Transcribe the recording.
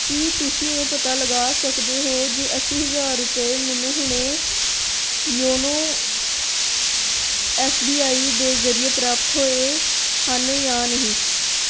ਕੀ ਤੁਸੀਂਂ ਇਹ ਪਤਾ ਲਗਾ ਸਕਦੇ ਹੋ ਜੇ ਅੱਸੀ ਹਜ਼ਾਰ ਰੁਪਏ ਮੈਨੂੰ ਹੁਣੇ ਯੋਨੋ ਐਸ ਬੀ ਆਈ ਦੇ ਜ਼ਰੀਏ ਪ੍ਰਾਪਤ ਹੋਏ ਹਨ ਜਾਂ ਨਹੀਂ